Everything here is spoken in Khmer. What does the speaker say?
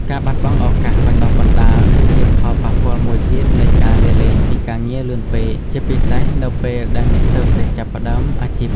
ការបាត់បង់ឱកាសបណ្ដុះបណ្ដាល គឺជាផលប៉ះពាល់មួយទៀតនៃការលាលែងពីការងារលឿនពេក ជាពិសេសនៅពេលដែលអ្នកទើបតែចាប់ផ្ដើមអាជីព។